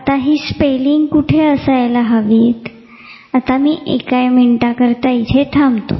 आता हि स्पेलिंग कुठे असायला हवीत आता मी एका मिनिटाकरिता येथे थांबतो